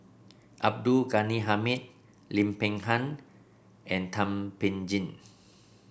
Abdul Ghani Hamid Lim Peng Han and Thum Ping Tjin